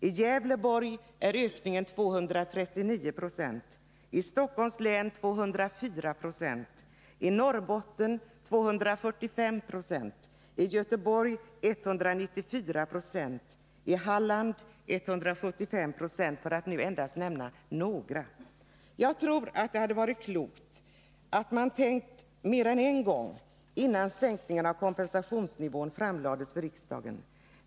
I Gävleborg är ökningen 239 26, i Stockholms län 204 20, i Norrbotten 245 20, i Göteborg 194 20 och i Halland 175 96, för att endast nämna några. Jag tror att det hade varit klokt om man tänkt mer än en gång innan förslag om sänkning av kompensationsnivån framlades för riksdagen.